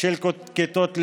של כיתות לימוד,